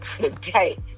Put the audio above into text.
today